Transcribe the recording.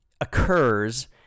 occurs